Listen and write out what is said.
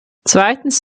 zweitens